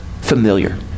familiar